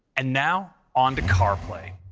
and now, on to carplay,